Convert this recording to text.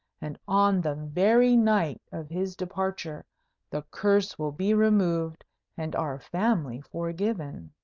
and on the very night of his departure the curse will be removed and our family forgiven.